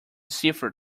cipher